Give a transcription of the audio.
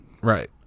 Right